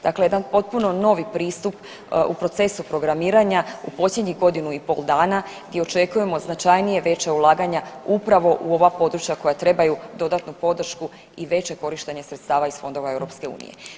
Dakle, jedan potpuno novi pristup u procesu programiranja u posljednjih godinu i pol dana di očekujemo značajnije veća ulaganja upravo u ova područja koja trebaju dodatnu podršku i veće korištenje sredstava iz fondova EU.